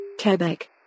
Quebec